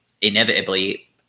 inevitably